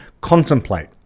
contemplate